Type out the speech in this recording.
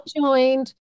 joined